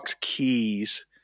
Keys